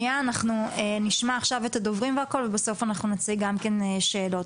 אנחנו נשמע עכשיו את הדוברים ובסוף נציג שאלות.